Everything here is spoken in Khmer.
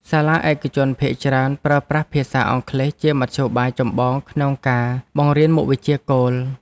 សាលាឯកជនភាគច្រើនប្រើប្រាស់ភាសាអង់គ្លេសជាមធ្យោបាយចម្បងក្នុងការបង្រៀនមុខវិជ្ជាគោល។